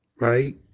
Right